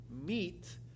meet